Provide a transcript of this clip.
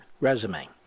resume